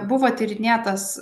buvo tyrinėtas